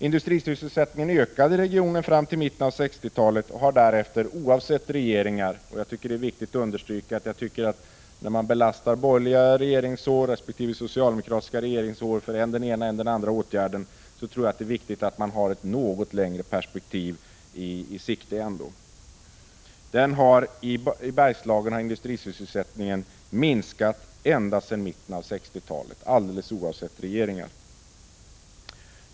Industrisysselsättningen ökade i regionen fram till mitten av 1960-talet och har därefter minskat, oavsett vilken regering vi haft. Man lastar borgerliga resp. socialdemokratiska regeringar för än den ena än den andra åtgärden, men jag tror att det är viktigt att understryka att man ser saker och ting i ett något längre perspektiv.